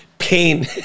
pain